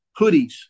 hoodies